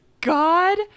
God